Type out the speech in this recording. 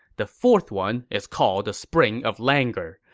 the fourth one is called the spring of languor.